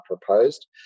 proposed